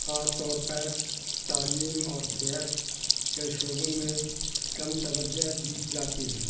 خاص طور پر تعلیم اور صحت کے شعبے میں کم توجہ دی جاتی ہے